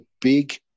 big